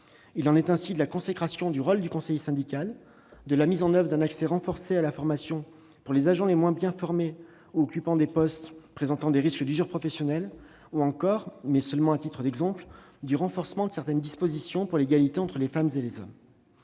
Il en est ainsi de la consécration du rôle du conseiller syndical, de la mise en oeuvre d'un accès renforcé à la formation pour les agents les moins bien formés ou occupant des postes présentant des risques d'usure professionnelle, ou encore, à titre d'exemple, du renforcement de certaines dispositions sur l'égalité entre les femmes et les hommes.